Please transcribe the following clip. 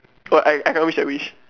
what I I cannot wish that wish